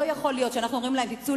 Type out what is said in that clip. לא יכול להיות שאנחנו אומרים להן: תצאו